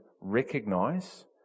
recognize